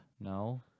No